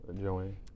Joanne